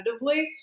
competitively